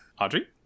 Audrey